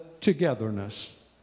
togetherness